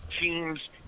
teams